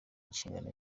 inshingano